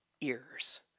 ears